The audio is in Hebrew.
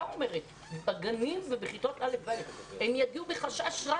לגנים ולכיתות א'-ב' הם יגיעו בחשש רב.